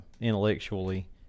intellectually